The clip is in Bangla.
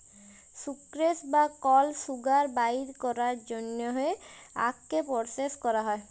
সুক্রেস বা কল সুগার বাইর ক্যরার জ্যনহে আখকে পরসেস ক্যরা হ্যয়